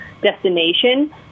destination